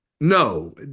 no